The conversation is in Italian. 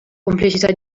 complicità